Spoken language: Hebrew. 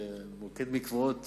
מוקד מקוואות